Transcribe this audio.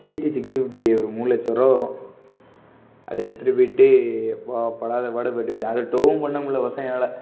GT six fifty ஒரு மூணு லட்சரூபா வரும் அதை எடுத்துகிட்டுப் போயிட்டு யப்பா படாத பாடு பட்டு போய்ட்டேன் அதை டோவும் பண்ணமுடில பசங்களால்